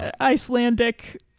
Icelandic